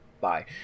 bye